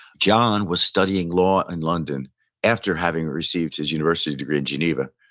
john was studying law in london after having received his university degree in geneva,